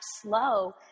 slow